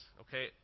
okay